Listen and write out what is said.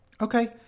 Okay